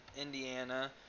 Indiana